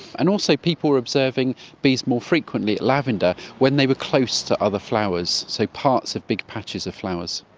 and also people were observing bees more frequently at lavender when they were close to other flowers, so parts of big patches of flowers.